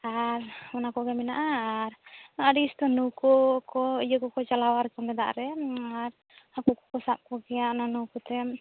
ᱟᱨ ᱚᱱᱟ ᱠᱚᱜᱮ ᱢᱮᱱᱟᱜᱼᱟ ᱟᱨ ᱟᱹᱰᱤ ᱩᱥᱛᱟᱹ ᱱᱟᱣᱠᱟᱹ ᱠᱚ ᱤᱭᱟᱹ ᱠᱚᱠᱚ ᱪᱟᱞᱟᱣᱭᱟ ᱟᱨᱠᱤ ᱫᱟᱜ ᱨᱮ ᱟᱨ ᱦᱟᱹᱠᱩ ᱠᱚ ᱠᱚ ᱥᱟᱵ ᱠᱚᱜᱮᱭᱟ ᱚᱱᱟ ᱱᱟᱹᱣᱠᱟᱹ ᱛᱮ